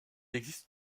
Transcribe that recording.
existe